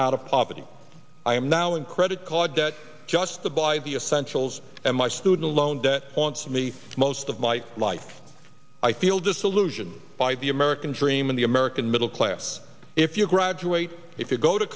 out of poverty i am now in credit card debt just the by the essentials and my student loan debt aunts me most of my life i feel disillusioned by the american dream and the american middle class if you graduate if you go to